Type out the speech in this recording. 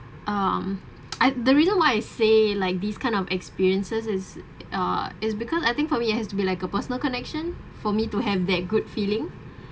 um I the reason why I say like these kind of experiences is uh is because I think for me it has to be like a personal connection for me to have that good feeling